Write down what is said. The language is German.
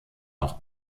auch